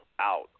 out